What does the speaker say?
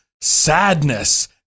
sadness